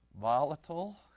Volatile